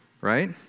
Right